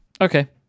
Okay